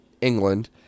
England